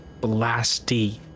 blasty